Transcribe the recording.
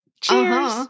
Cheers